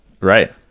Right